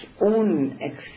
own